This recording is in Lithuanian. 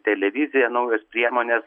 televiziją naujos priemonės